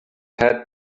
had